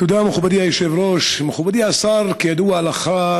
תודה, מכובדי היושב-ראש, מכובדי השר, כידוע לך,